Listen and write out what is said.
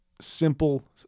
simple